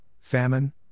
famine